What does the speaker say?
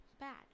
bad